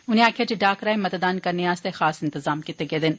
उन्नें गलाया जे डाक राएं मतदान करने आस्तै खास इंतजाम कीते गेदे न